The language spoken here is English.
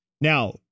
now